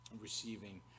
receiving